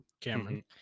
Cameron